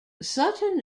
sutton